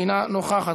אינה נוכחת,